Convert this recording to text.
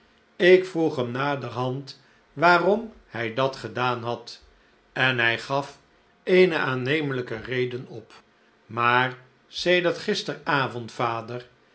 ik vroeg hem naderhand waarom hij dat gedaan had en hij gaf eene aannemelijke reden op maar sedert gisteravond vader